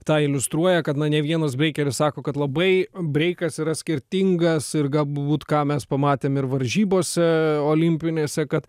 tą iliustruoja kad ne vienas breikeris sako kad labai breikas yra skirtingas ir galbūt ką mes pamatėm ir varžybose olimpinėse kad